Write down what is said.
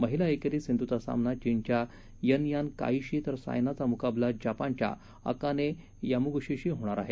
महिला एकेरीत सिंधूचा सामना चीनच्या यनयान काईशी तर सायनाचा मुकाबला जपानच्या अकाने यामागुचीशी होणार आहे